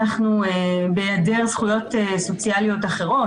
בהיעדר זכויות סוציאליות אחרות,